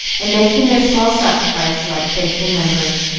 and making their small sacrifices, like faithful members.